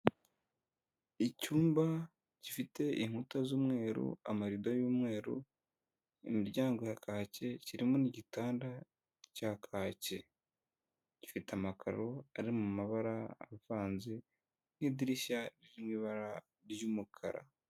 Icyumba gifite inkuta z'umweru, amarido y'umweru, imiryango ya kacye kirimo n'igitanda cya kacye, gifite amakaro ari mu mabara avanze n'idirishya riri mu ibara ry'umukara.